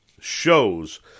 shows